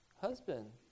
husband